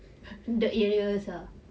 the areas ah